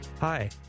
Hi